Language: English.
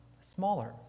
smaller